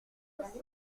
aussi